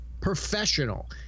professional